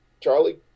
Charlie